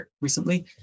recently